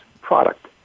product